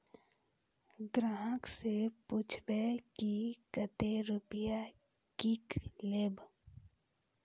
ग्राहक से पूछब की कतो रुपिया किकलेब?